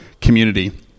community